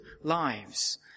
lives